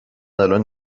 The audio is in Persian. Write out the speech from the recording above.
الان